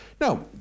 Now